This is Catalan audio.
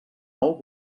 nou